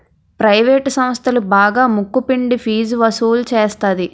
private సంస్థలు బాగా ముక్కు పిండి ఫీజు వసులు సేత్తది